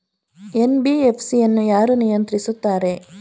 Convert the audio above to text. NBFC ಅನ್ನು ಯಾರು ನಿಯಂತ್ರಿಸುತ್ತಾರೆ?